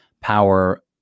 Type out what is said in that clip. power